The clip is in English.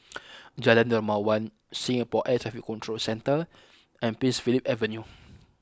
Jalan Dermawan Singapore Air Traffic Control Centre and Prince Philip Avenue